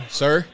sir